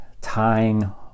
tying